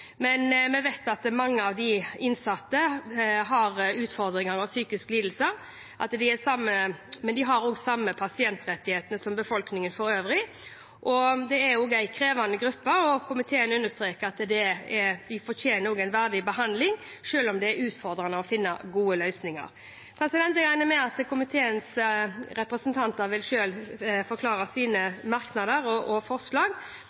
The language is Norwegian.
Vi vet at mange av de innsatte har utfordringer og psykiske lidelser, men de har også samme pasientrettigheter som befolkningen for øvrig. Det er en krevende gruppe, men komiteen understreker at de også fortjener en verdig behandling, selv om det er utfordrende å finne gode løsninger. Jeg regner med at komiteens representanter selv vil forklare sine merknader og forslag,